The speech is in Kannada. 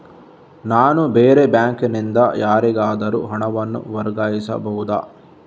ನಾನು ಬೇರೆ ಬ್ಯಾಂಕ್ ನಿಂದ ಯಾರಿಗಾದರೂ ಹಣವನ್ನು ವರ್ಗಾಯಿಸಬಹುದ?